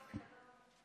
עשר דקות.